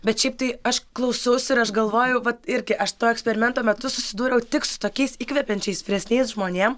bet šiaip tai aš klausausi ir aš galvoju vat irgi aš to eksperimento metu susidūriau tik su tokiais įkvepiančiais vyresniais žmonėm